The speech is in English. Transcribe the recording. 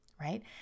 right